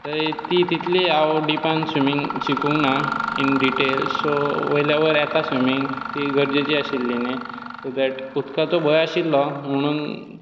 थंय ती तितली हांव डिपान स्विमींग शिकूंक ना इन् डिटेल सो वयल्या वयर येता स्विमींग ती गरजेची आशिल्ली न्ही सो दॅट उदकाचो भंय आशिल्लो म्हणून